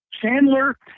Chandler